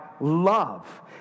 love